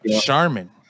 Charmin